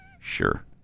Sure